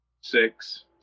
Six